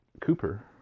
Cooper